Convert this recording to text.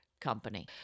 company